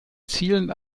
zielen